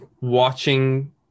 watching